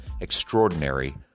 extraordinary